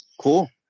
Cool